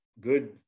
good